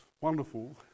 wonderful